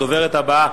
הדוברת הבאה,